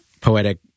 poetic